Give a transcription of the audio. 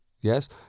Yes